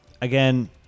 Again